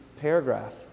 paragraph